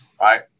right